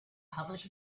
public